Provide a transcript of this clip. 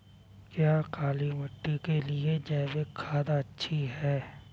क्या काली मिट्टी के लिए जैविक खाद अच्छी है?